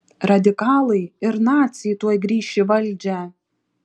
radikalai ir naciai tuoj grįš į valdžią